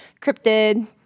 cryptid